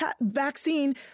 vaccine